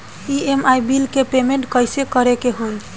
EMI bill के payment कइसे करे के होई?